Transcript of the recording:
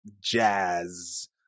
jazz